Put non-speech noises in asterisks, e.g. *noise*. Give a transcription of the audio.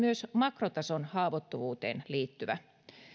*unintelligible* myös makrotason haavoittuvuuteen liittyvä